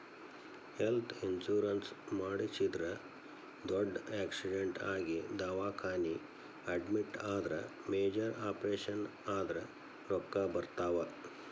health insurance ಮಾಡಿಸಿದ್ರ ದೊಡ್ಡ್ accident ಆಗಿ ದವಾಖಾನಿ ಅಡ್ಮಿಟ್ ಆದ್ರ ಮೇಜರ್ ಆಪರೇಷನ್ ಆದ್ರ ರೊಕ್ಕಾ ಬರ್ತಾವ